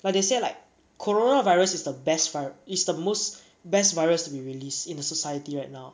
but they said like coronavirus is the best vi~ is the most best virus to be released in a society right now